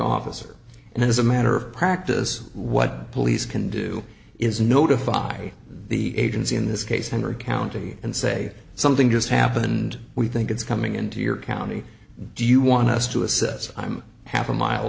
officer and as a matter of practice what police can do is notify the agency in this case henry county and say something just happened we think it's coming into your county do you want us to assess i'm half a mile